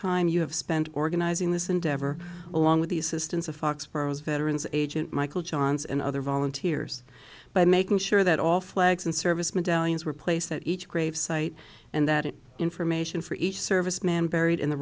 time you have spent organizing this endeavor along with the assistance of foxborough as veterans agent michael johns and other volunteers by making sure that all flags and service medallions were placed at each grave site and that it information for each serviceman buried in the